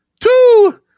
two